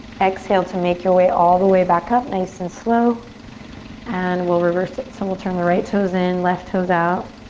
exhale to make your way all the back up. nice and slow and we'll reverse it. so we'll turn the right toes in, left toes out.